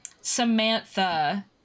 Samantha